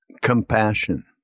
compassion